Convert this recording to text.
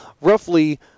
roughly